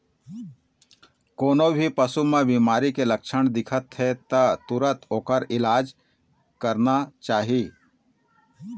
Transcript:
कोनो भी पशु म बिमारी के लक्छन दिखत हे त तुरत ओखर इलाज करना चाही